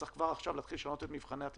צריך כבר עכשיו להתחיל לעשות את זה.